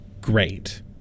great